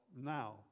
now